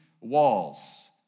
walls